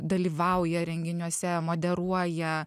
dalyvauja renginiuose moderuoja